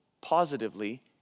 positively